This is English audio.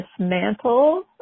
dismantle